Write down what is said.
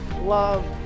love